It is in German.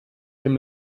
dem